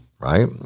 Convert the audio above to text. Right